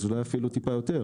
אולי אפילו טיפה יותר,